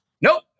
nope